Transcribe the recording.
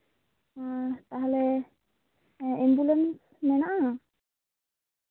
ᱦᱩᱸ ᱛᱟᱦᱞᱮ ᱮᱢᱵᱩᱞᱮᱱᱥ ᱢᱮᱱᱟᱜᱼᱟ